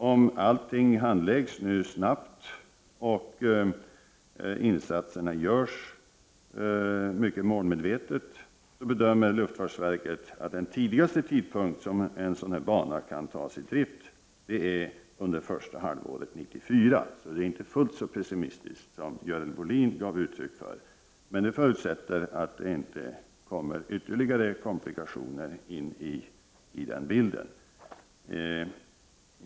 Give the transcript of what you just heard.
Om allting handläggs snabbt och insatserna görs mycket målmedvetet bedömer luftfartsverket i alla händelser att en sådan bana kan tas i drift tidigast under första halvåret 1994. Det är alltså inte fullt så pessimistiskt som Görel Bohlin gav uttryck för. Men detta förutsätter att det inte tillkommer ytterligare komplikationer.